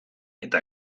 eta